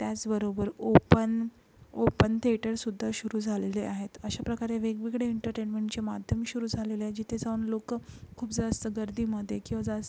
त्याचबरोबर open open थेटरसुद्धा सुरू झालेले आहेत अशा प्रकारे वेगवेगळे एंटरटेनमेंटचे माध्यम सुरू झालेले आहे जिथे जाऊन लोक खूप जास्त गर्दीमध्ये किंवा जास्त